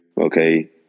Okay